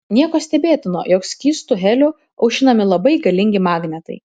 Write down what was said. nieko stebėtino jog skystu heliu aušinami labai galingi magnetai